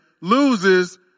loses